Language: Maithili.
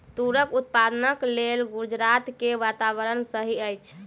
तूरक उत्पादनक लेल गुजरात के वातावरण सही अछि